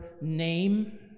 name